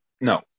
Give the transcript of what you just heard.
No